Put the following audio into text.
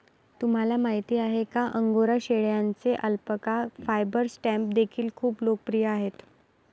तुम्हाला माहिती आहे का अंगोरा शेळ्यांचे अल्पाका फायबर स्टॅम्प देखील खूप लोकप्रिय आहेत